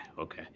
okay